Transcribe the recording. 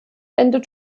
endet